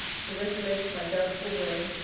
to regulate my doubtful way,